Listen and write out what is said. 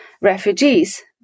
refugees